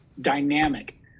dynamic